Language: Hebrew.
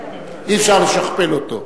אי-אפשר לשכפל אותו.